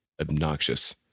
obnoxious